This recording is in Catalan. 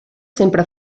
sempre